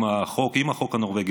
עם החוק הנורבגי,